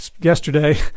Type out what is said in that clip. yesterday